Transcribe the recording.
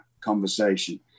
conversation